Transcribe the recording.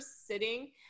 sitting